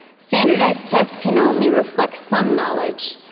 standardized tests can only reflect some knowledge,